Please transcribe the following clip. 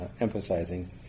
emphasizing